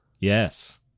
yes